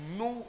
no